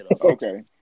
Okay